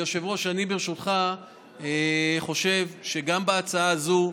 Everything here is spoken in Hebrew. היושב-ראש, אני ברשותך חושב שגם בהצעה הזאת,